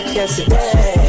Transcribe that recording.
yesterday